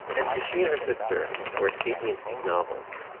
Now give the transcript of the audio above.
and as she and her sister were escaping into these novels,